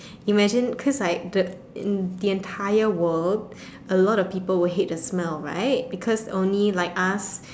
imagine cause like the entire world a lot of people would hate the smell right because only like us